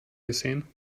gesehen